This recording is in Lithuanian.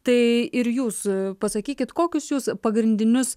tai ir jūs pasakykit kokius pagrindinius